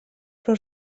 però